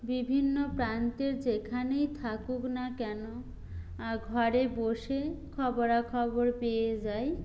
বিভিন্ন প্রান্তের যেখানেই থাকুক না কেন ঘরে বসে খবরাখবর পেয়ে যায়